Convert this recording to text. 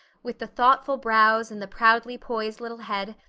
with the thoughtful brows and the proudly poised little head,